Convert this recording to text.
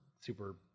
super